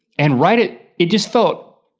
and right, it it just felt,